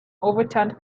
overturned